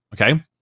Okay